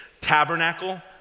Tabernacle